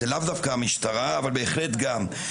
זה לאו דווקא המשטרה, אבל בהחלט גם.